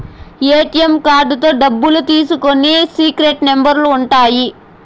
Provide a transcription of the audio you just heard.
ATM కార్డుతో డబ్బులు తీసుకునికి సీక్రెట్ నెంబర్లు ఉంటాయి